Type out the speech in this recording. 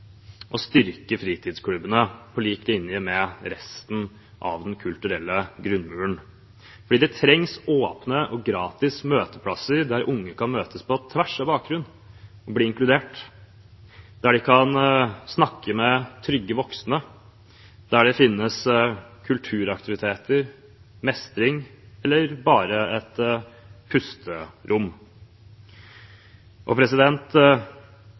å styrke fritidsklubbene, på lik linje med resten av den kulturelle grunnmuren. Det trengs åpne og gratis møteplasser der unge kan møtes på tvers av bakgrunn og bli inkludert, der de kan snakke med trygge voksne, der det finnes kulturaktiviteter, mestring eller bare et pusterom. Det er akkurat det de ansatte i klubbene og